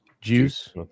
juice